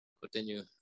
Continue